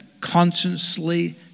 consciously